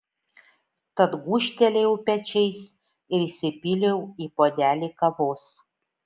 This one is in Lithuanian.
tad gūžtelėjau pečiais ir įsipyliau į puodelį kavos